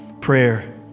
prayer